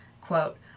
quote